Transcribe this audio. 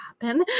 happen